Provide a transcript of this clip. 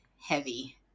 heavy